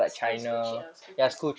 school school trip ah school trip